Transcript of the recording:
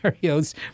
scenarios